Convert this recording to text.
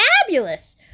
fabulous